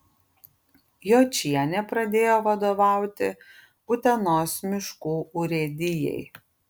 jočienė pradėjo vadovauti utenos miškų urėdijai